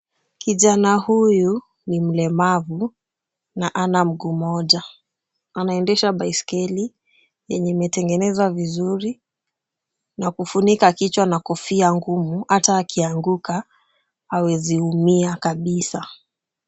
Kijana huyu ni mlemavu, na hana mguu mmoja. Anaendesha baiskeli yenye imetengenezwa vizuri na kufunika kichwa na kofia ngumu hata akianguka awezi umia kabisa.